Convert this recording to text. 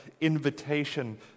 invitation